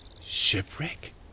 Shipwreck